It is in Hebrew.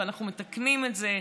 ואנחנו מתקנים את זה,